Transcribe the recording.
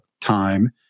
time